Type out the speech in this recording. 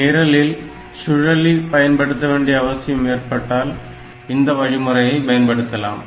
நிரலில் சூழலி பயன்படுத்தப்பட வேண்டிய அவசியம் ஏற்பட்டால் இந்த வழிமுறையை பயன்படுத்தலாம்